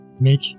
make